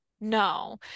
no